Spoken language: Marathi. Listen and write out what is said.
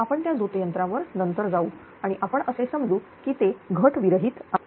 आपण त्या झोतयंत्र वर नंतर जाऊ आणि आपण असे समजू की ते घट विरहित आहे